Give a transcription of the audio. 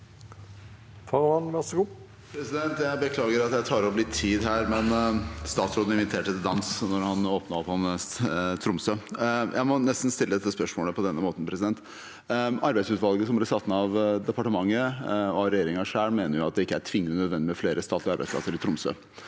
Farahmand (H) Jeg beklager at jeg tar opp litt tid her, men statsråden inviterte til dans da han åpnet opp om Tromsø. Jeg må nesten stille dette spørsmålet på denne måten: Arbeidsutvalget som ble satt ned av departementet og av regjeringen selv, mener det ikke er tvingende nødvendig med flere statlige arbeidsplasser i Tromsø.